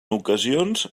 ocasions